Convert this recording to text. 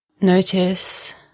notice